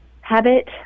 habit